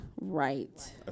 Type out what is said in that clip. Right